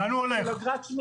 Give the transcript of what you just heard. לאן הוא הולך, אדוני?